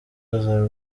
bazaba